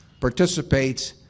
participates